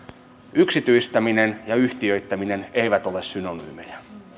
yksityistäminen ja yhtiöittäminen eivät ole synonyymeja